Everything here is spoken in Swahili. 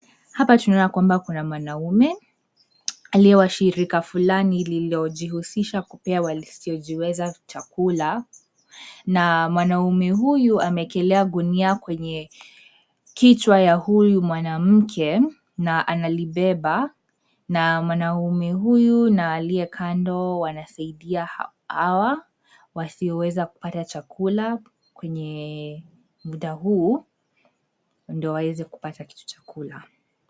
Hapa tunaona kwamba kuna mwanaume aliye washirika fulani liliojihusisha kupea wasiyojiweza chakula na mwanaume huyu amewekelea gunia kwenye kichwa ya huyu mwanamke na analibeba na mwanaume huyu na aliye kando wanasaidia hawa wasioweza kupata chakula kwenye muda huu ndio waweze kupata kitu cha kula.